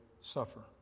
suffer